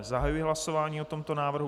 Zahajuji hlasování o tomto návrhu.